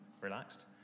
relaxed